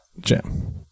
Jim